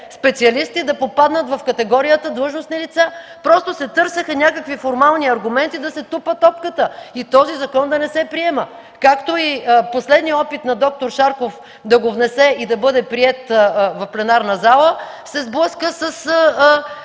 специалисти да попаднат в категорията „длъжностни лица”! Просто се търсеха някакви формални аргументи да се тупа топката и този закон да не се приема. Както и последният опит на д-р Шарков да го внесе и да бъде приет в пленарната зала се сблъска с